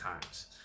times